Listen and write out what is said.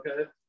Okay